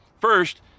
First